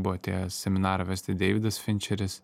buvo atėjęs seminarą vesti deividas finčeris